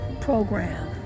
program